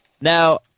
Now